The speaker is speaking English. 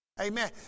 Amen